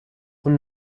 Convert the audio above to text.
اون